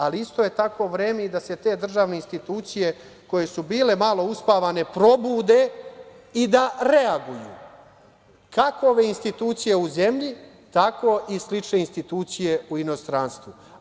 Ali, isto tako je i vreme da državne institucije, koje su bile malo uspavane, probude, i da reaguju, kako institucije u zemlji, tako i slične institucije u inostranstvu.